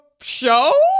show